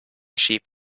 sheep